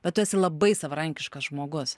bet tu esi labai savarankiškas žmogus